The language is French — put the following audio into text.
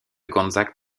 gonzague